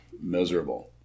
miserable